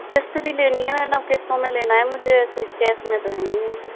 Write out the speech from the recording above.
क़िस्त भी लेनी है मैडम किस्तों में लेना है मुझे ऐसे कैश में तो है नहीं है